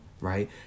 right